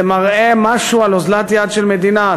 זה מראה משהו על אוזלת-יד של מדינה.